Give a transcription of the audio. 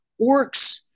orcs